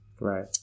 Right